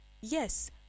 Yes